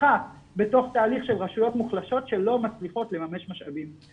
בתוך תהליך של רשויות מוחלשות שלא מצליחות לממש משאבים.